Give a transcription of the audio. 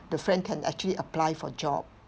the friend can actually apply for job